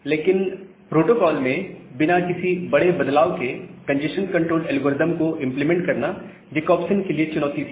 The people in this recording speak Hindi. लेकिन प्रोटोकॉल में बिना किसी बड़े बदलाव के कंजेस्शन कंट्रोल एल्गोरिदम को इंप्लीमेंट करना जकोब्सन के लिए चुनौती थी